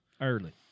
early